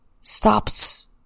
stops